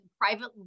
private